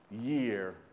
year